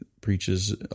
preaches